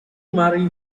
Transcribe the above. marry